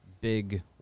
big